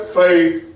faith